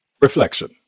Reflection